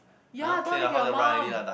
ya I don't want live with your mum